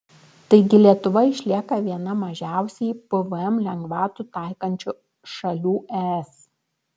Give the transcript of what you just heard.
taigi lietuva išlieka viena mažiausiai pvm lengvatų taikančių šalių es